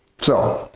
so,